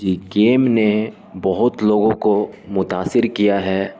جی game نے بہت لوگوں کو متاثر کیا ہے